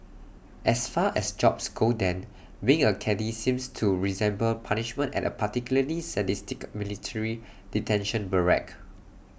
as far as jobs go then being A caddie seems to resemble punishment at A particularly sadistic military detention barrack